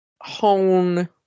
hone